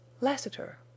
Lassiter